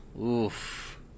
Oof